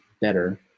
better